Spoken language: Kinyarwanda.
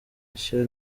ishya